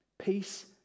peace